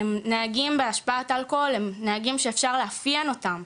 נהגים בהשפעת אלכוהול הם נהגים שאפשר לאפיין אותם.